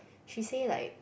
she say like